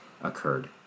occurred